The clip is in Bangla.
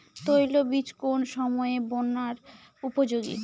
তৈলবীজ কোন সময়ে বোনার উপযোগী?